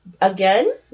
again